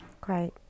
Great